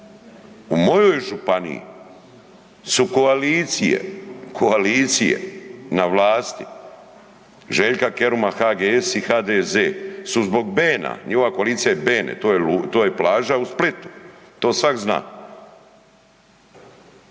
U mojoj županiji su koalicije, koalicije na vlasti Ž. Keruma, HGS i HDZ su zbog Bena, njihova koalicija je Bene, to je plaža u Splitu, to svak zna.